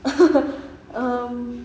um